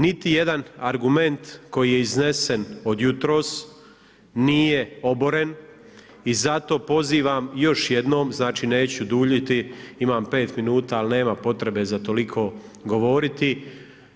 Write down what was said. Niti jedan argument koji je iznesen od jutros nije oboren i zato pozivam još jednom, znači neću duljiti, imam 5 minuta, ali nema potrebe za toliko govoriti